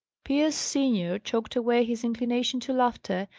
pierce senior choked away his inclination to laughter,